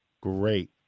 Great